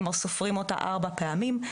כלומר סופרים אותה ארבע פעמים,